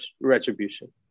retribution